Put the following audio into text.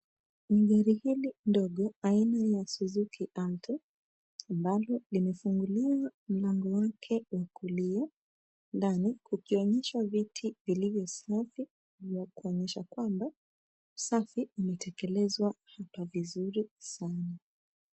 Gari hili ndogo, aina ya Suzuki Alto, ambalo limefunguliwa mlango wake wa kulia. Ndani, kukionyesha viti vilivyo safi, vya kuonyesha kwamba, usafi umetekelezwa hapa vizuri sana.